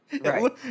Right